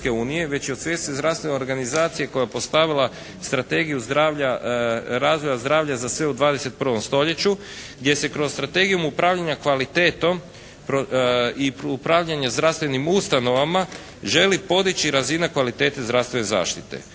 već i od Svjetske zdravstvene organizacije koja je postavila strategiju zdravlja, razvoja zdravlja za sve u 21. stoljeću gdje se kroz strategiju upravljanja kvalitetom i upravljanja zdravstvenim ustanovama želi podići razina kvalitete zdravstvene zaštite.